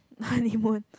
honeymoon